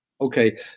Okay